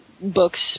books